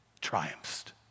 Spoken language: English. triumphed